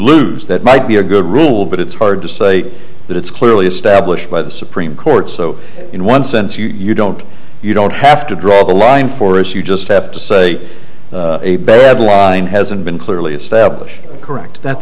lose that might be a good rule but it's hard to say that it's clearly established by the supreme court so in one sense you don't you don't have to draw the line for us you just have to say a bad law hasn't been clearly established correct that's